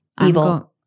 Evil